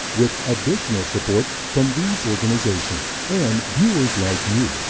with additional support from these organizations and viewers like you,